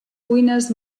cuines